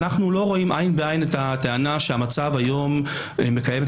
אנחנו לא רואים עין בעין את הטענה שהמצב היום מקיים את